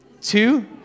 two